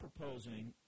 proposing